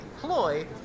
ploy